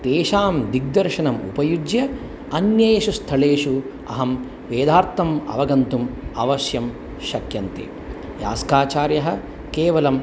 तेषां दिग्दर्शनम् उपयुज्य अन्येषु स्थलेषु अहं वेदार्थम् अवगन्तुम् अवश्यं शक्यन्ते यास्काचार्यः केवलम्